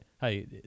Hey